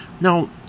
Now